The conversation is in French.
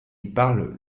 parle